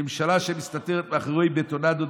ממשלה שמסתתרת מאחורי בטונדות,